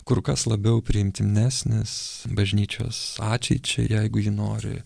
kur kas labiau priimtinesnis bažnyčios ačeičiai jeigu ji nori